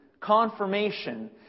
confirmation